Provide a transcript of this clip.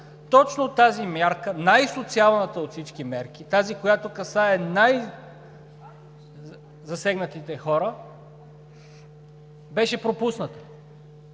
точно тази мярка – най-социалната от всички мерки, която касае най-засегнатите хора, беше пропусната.